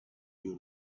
you